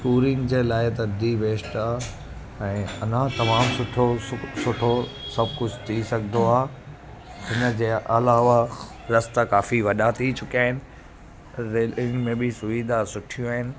touring जे लाइ त दी बैस्ट आ ऐं अञा तमामु सुठो सुठो सभु कुझ थी सघंदो आहे हिन जे अलावा रस्ता काफ़ी वॾा थी चुकिया आहिनि रेलनि में बि सुविधा सुठियूं आहिनि